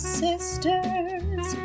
sisters